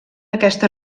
aquesta